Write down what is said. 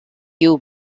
you